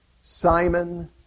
Simon